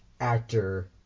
actor